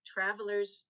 travelers